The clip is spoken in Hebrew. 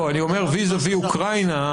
לא, אני אומר, VIZAVI אוקראינה.